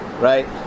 right